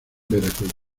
veracruz